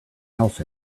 house